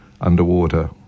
underwater